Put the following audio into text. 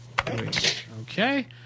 okay